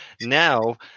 Now